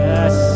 Yes